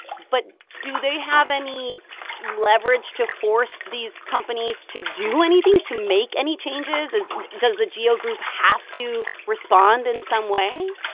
but do they have any leverage to force these companies to do anything, to make any changes? is does the geo group have to respond in some way?